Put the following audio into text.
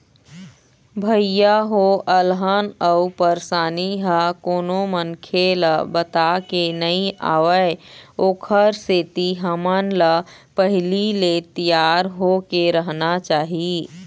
भइया हो अलहन अउ परसानी ह कोनो मनखे ल बताके नइ आवय ओखर सेती हमन ल पहिली ले तियार होके रहना चाही